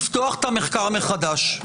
לפתוח את המחקר מחדש.